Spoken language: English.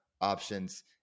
options